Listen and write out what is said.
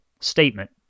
statement